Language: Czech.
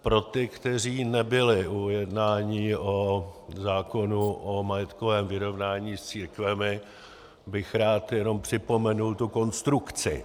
Pro ty, kteří nebyli u jednání o zákonu o majetkovém vyrovnání s církvemi, bych rád jenom připomenul tu konstrukci.